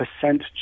percent